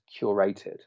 curated